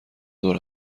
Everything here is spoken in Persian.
ظهر